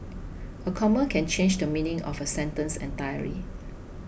a comma can change the meaning of a sentence entirely